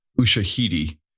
Ushahidi